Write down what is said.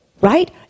Right